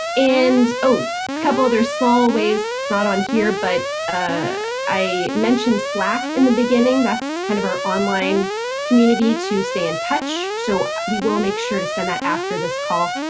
and a couple of their small ways it's not on here but i mentioned slack in the beginning, that's kind of our online community to stay in touch. so we will make sure to send that after this call.